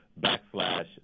backslash